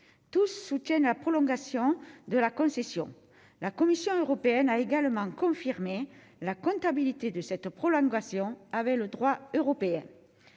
tous soutiennent la prolongation de la concession, la Commission européenne a également confirmé la comptabilité de cette prolongation avait le droit européen,